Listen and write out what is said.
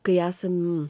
kai esam